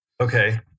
Okay